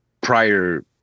prior